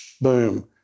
boom